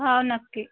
हो नक्की